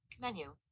Menu